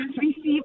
Receive